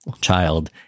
child